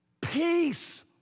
peace